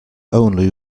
only